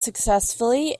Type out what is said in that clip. successfully